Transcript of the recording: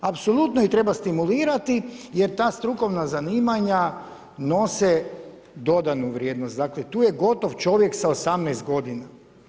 Apsolutno treba stimulirati, jer ta strukovna zanimanja nose dodanu vrijednost, dakle tu je gotovo čovjek sa 18 godina.